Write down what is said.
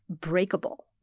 breakable